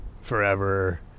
forever